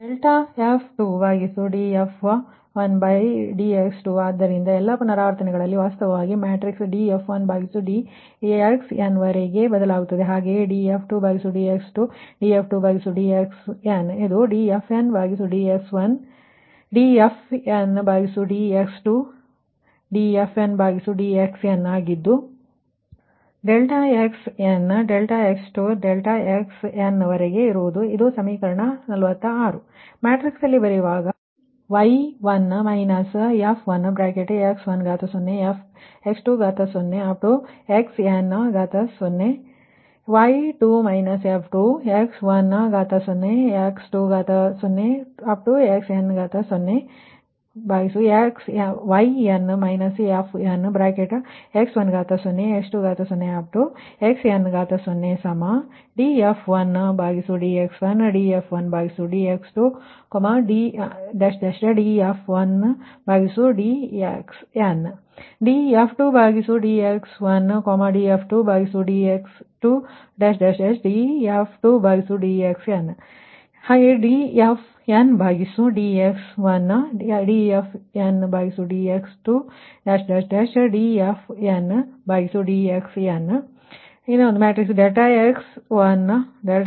∆ f 2 ಭಾಗಿಸು df1dx2 ಆದ್ದರಿಂದ ಎಲ್ಲಾ ಪುನರಾವರ್ತನೆಗಳಲ್ಲಿ ವಾಸ್ತವವಾಗಿ ಮ್ಯಾಟ್ರಿಕ್ಸ್ df1dxn ವರೆಗೆ ಬದಲಾಗುತ್ತದೆ ಹಾಗೆಯೇ df2dx2 df2dxn ಇದು dfndx1 dfndx2 dfndxn ಆಗಿದ್ದು ∆x1∆x2∆xnರ ವರೆಗೆ ಇರುತ್ತದೆ ಇದು ಸಮೀಕರಣ 46